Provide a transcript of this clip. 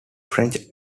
french